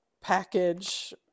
package